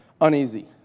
uneasy